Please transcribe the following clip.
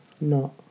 No